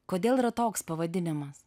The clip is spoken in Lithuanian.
kodėl yra toks pavadinimas